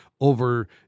over